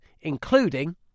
including